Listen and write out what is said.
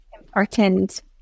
important